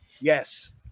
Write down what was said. Yes